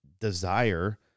desire